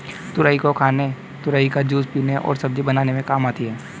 तुरई को खाने तुरई का जूस पीने और सब्जी बनाने में काम आती है